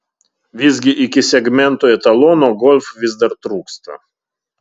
visgi iki segmento etalono golf vis dar trūksta